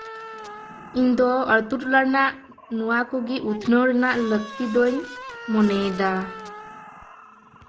ᱤᱧᱫᱚ ᱟᱹᱛᱩᱼᱴᱚᱞᱟ ᱨᱮᱱᱟᱜ ᱱᱚᱣᱟ ᱠᱚᱜᱮ ᱩᱛᱱᱟᱹᱣ ᱨᱮᱱᱟᱜ ᱞᱟᱹᱠᱛᱤ ᱫᱚᱧ ᱢᱚᱱᱮᱭᱫᱟ